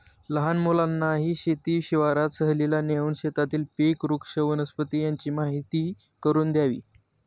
लहान मुलांनाही शेत शिवारात सहलीला नेऊन शेतातील पिके, वृक्ष, वनस्पती यांची माहीती करून द्यावी